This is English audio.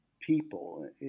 people